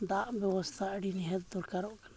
ᱫᱟᱜ ᱵᱮᱵᱚᱥᱛᱷᱟ ᱟᱹᱰᱤ ᱱᱤᱦᱟᱹᱛ ᱫᱚᱨᱠᱟᱨᱚᱜ ᱠᱟᱱᱟ